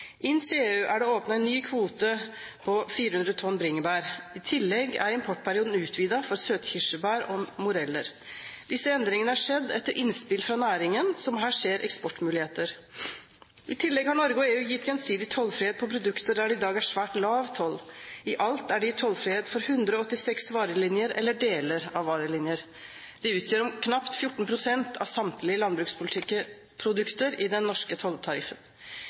Inn til EU er det åpnet en ny kvote på 400 tonn bringebær. I tillegg er importperioden utvidet for søtkirsebær og moreller. Disse endringene har skjedd etter innspill fra næringen, som her ser eksportmuligheter. I tillegg har Norge og EU gitt gjensidig tollfrihet på produkter der det i dag er svært lav toll. I alt er det gitt tollfrihet for 186 varelinjer eller deler av varelinjer. Dette utgjør knapt 14 pst av samtlige landbruksprodukter i den norske tolltariffen.